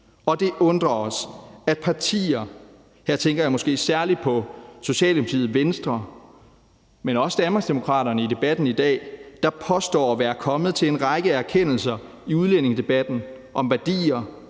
og det undrer os, at partier – her tænker jeg måske særlig på Socialdemokratiet og Venstre, men også Danmarksdemokraterne i debatten i dag – der påstår at være kommet til en række erkendelser i udlændingedebatten om værdier,